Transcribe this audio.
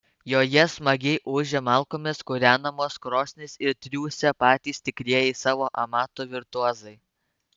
joje smagiai ūžia malkomis kūrenamos krosnys ir triūsia patys tikrieji savo amato virtuozai